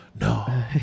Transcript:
No